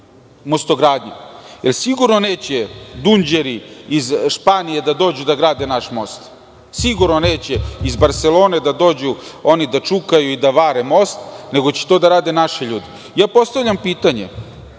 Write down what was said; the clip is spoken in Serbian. "Mostogradnji". Sigurno neće dunđeri iz Španije da dođu i da grade naš most. Sigurno neće iz Barselone da dođu oni da čukaju i da vare most, nego će to da rade naši ljudi. Postavljam pitanje